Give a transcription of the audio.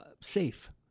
safe